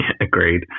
Agreed